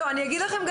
אני אגיד לכם,